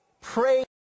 Pray